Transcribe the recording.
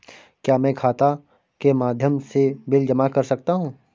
क्या मैं खाता के माध्यम से बिल जमा कर सकता हूँ?